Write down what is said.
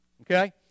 Okay